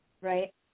right